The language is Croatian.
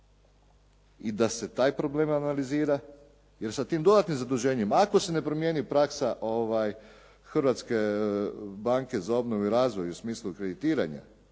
i da se taj problem analizira, jer sa tim dodatnim zaduženjem ako se ne promijeni praksa Hrvatske banke za obnovu i razvoj u smislu kreditiranja